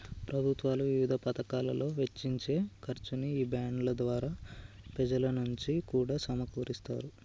ప్రభుత్వాలు వివిధ పతకాలలో వెచ్చించే ఖర్చుని ఈ బాండ్ల ద్వారా పెజల నుంచి కూడా సమీకరిస్తాది